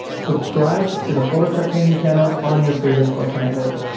subscribe to the photoshop training channel on your favorite social network.